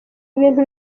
ibintu